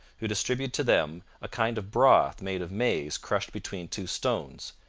who distributed to them a kind of broth made of maize crushed between two stones,